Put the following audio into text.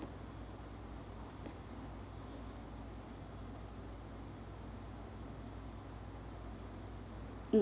mm